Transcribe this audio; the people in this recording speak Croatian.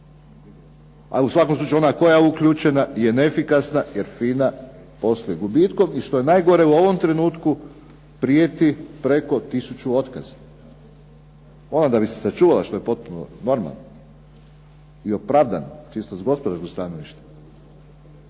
Ali u svakom slučaju ona koja je uključena je neefikasna jer FINA posluje gubitkom i što je najgore u ovom trenutku prijeti preko tisuću otkaza. Ona da bi se sačuvala, što je potpuno normalno i opravdano čisto s gospodarskog stanovišta,